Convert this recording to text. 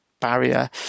barrier